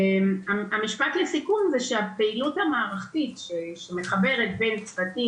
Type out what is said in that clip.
המשפט שלי לסיכום הוא שהפעילות המערכתית שמחברת בין צוותים,